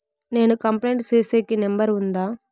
నేను కంప్లైంట్ సేసేకి నెంబర్ ఉందా?